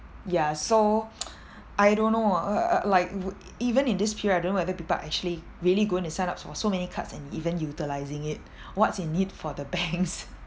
ya so I don't know uh like even in period I don't know whether people are actually really going to sign up for so many cards and even utilizing it what's in need for the banks